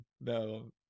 No